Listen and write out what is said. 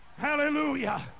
Hallelujah